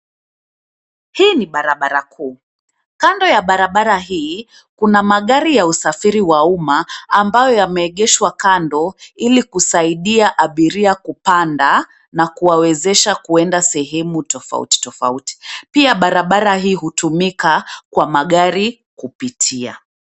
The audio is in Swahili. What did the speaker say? Hii ni Barbara kuu. Kando ya Barbara hii, kuna magari ya usafiri wa uma ambayayo yameegeshwa kando ili kusaidiwa abiria kupanda na kuwawezesha kuenda sehemu tofauti tofauti. Pia, Barbara hii hutumika kwa magari kupitia.